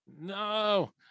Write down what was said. No